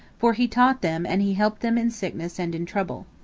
for he taught them and he helped them in sickness and in trouble.